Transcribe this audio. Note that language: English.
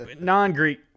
non-Greek